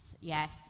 Yes